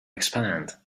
expand